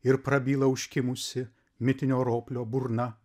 ir prabyla užkimusi mitinio roplio burna